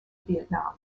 vietnam